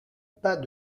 pas